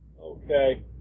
okay